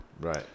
right